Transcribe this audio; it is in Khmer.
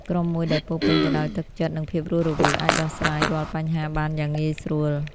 ក្រុមមួយដែលពោរពេញទៅដោយទឹកចិត្តនិងភាពរស់រវើកអាចដោះស្រាយរាល់បញ្ហាបានយ៉ាងងាយស្រួល។